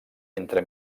entre